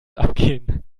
abgehen